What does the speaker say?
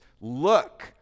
look